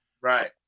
Right